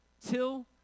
till